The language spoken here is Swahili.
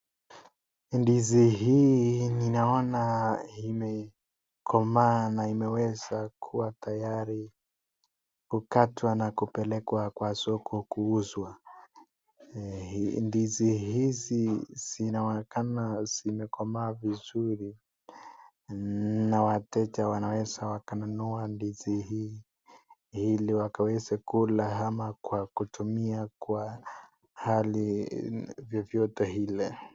Ndizi hii ninaona imekomaa na imeweza kuwa tayari kukatwa na kupelekwa kwa soko kuuzwa , ndizi hizi zinaonekana zimekomaa vizuri na wateja wanaweza wakanunua ndizi hii ili wakaweze kula ama kwa kutumia kwa hali yoyote ile.